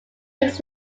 makes